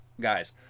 guys